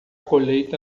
colheita